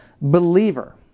believer